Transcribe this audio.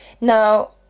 Now